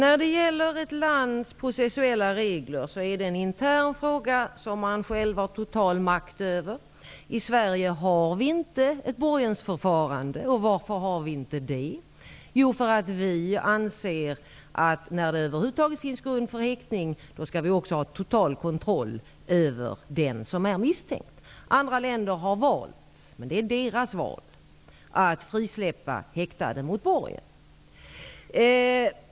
Fru talman! Ett lands processuella regler är interna och man har själv total makt över dem. I Sverige har vi inte ett borgensförfarande. Varför har vi inte det? Jo, därför att vi anser att vi när det över huvud taget finns grund för häktning också skall ha total kontroll över den som är misstänkt. Andra länder har valt -- men det är deras val -- att frisläppa häktade mot borgen.